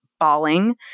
falling